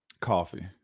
Coffee